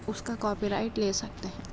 اس کا copyright لے سکتے ہیں